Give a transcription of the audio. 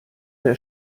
der